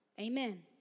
Amen